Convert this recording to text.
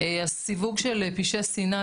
הסיווג של פשעי שנאה,